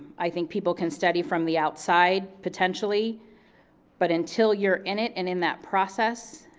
i think people can study from the outside potentially but until you're in it and in that process,